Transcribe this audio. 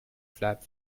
flap